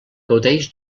gaudeix